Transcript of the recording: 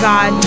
God